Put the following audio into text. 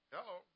Hello